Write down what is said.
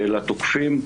לתוקפים,